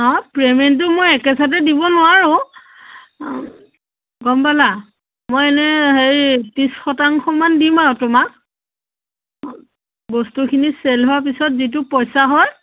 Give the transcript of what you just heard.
অঁ পে'মেণ্টটো মই একেচাতে দিব নোৱাৰোঁ গম পালা মই এনে হেৰি ত্ৰিছ শতাংশমান দিম আৰু তোমাক বস্তুখিনি চেল হোৱাৰ পিছত যিটো পইচা হয়